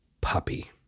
puppy